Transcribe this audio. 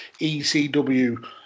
ECW